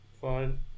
Fine